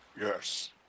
Yes